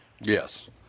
yes